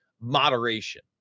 moderation